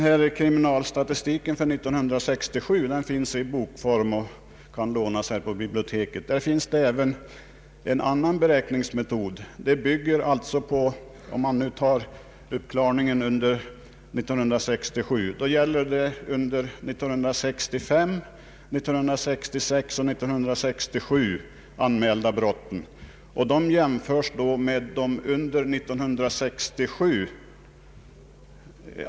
I kriminalstatistiken för 1967, som finns i bokform och kan lånas på riksdagsbiblioteket, har man även en annan beräkningsmetod. Siffran för uppklarade brott under 1967 gäller för brott anmälda under 1965, 1966 och 1967.